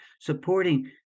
supporting